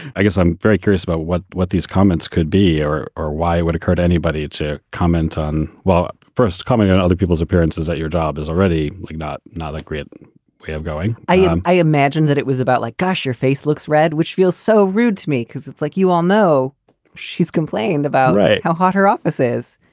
i guess i'm very curious about what what these comments could be or or why would it hurt anybody to comment on? well, first, coming on other people's appearances at your job is already like not not a great way of going i yeah i imagined that it was about like, gosh, your face looks red, which feels so rude to me because it's like you all know she's complained about how hot her office is.